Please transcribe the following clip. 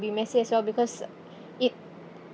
be messy as well because if